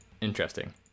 interesting